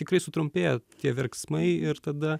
tikrai sutrumpėja tie verksmai ir tada